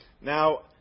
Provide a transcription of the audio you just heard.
Now